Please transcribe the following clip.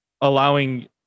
allowing